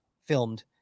filmed